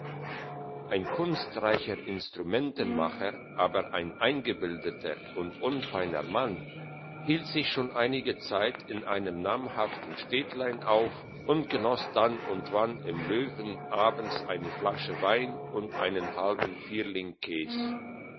ein kunstreicher instrumentenmacher aber ein eingebildeter und unfeiner mann hielt sich schon einige zeit in einem namhaften städtlein auf und genoss dann und wann im löwen abends eine flasche wein und einen halben